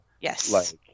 Yes